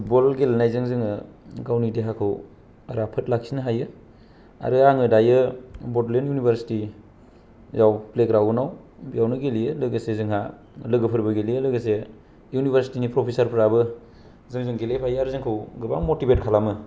football गेलेनायजों जोङो गावनि देहाखौ राफोद लाखिनो हायो आरो आङो दायो बडलेण्ड इउनिभारचिटियाव प्लेग्राउण्डाव बेवनो गेलेयो लोगोसे जोंहा लोगोफोरबो गेलेयो लोगोसे इउनिभारचिटिनि प्रफेसरफोराबो जोंजों गेलेफायो आरो जोंखौ गोबां मटिभेत खालामो